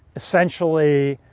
essentially